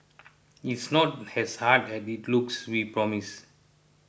it's not as hard as it looks we promise